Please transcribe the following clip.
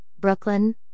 Brooklyn